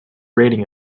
rating